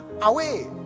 away